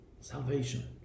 Salvation